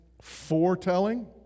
foretelling